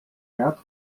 rap